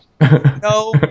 No